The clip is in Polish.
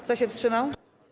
Kto się wstrzymał?